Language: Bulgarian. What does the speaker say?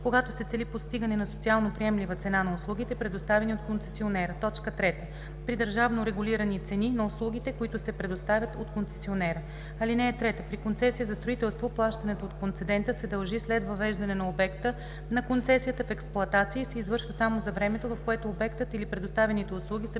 когато се цели постигане на социално приемлива цена на услугите, предоставяни от концесионера; 3. при държавно регулирани цени на услугите, които се предоставят от концесионера. (3) При концесия за строителство плащането от концедента се дължи след въвеждане на обекта на концесията в експлоатация и се извършва само за времето, в което обектът или предоставяните услуги са